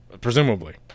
Presumably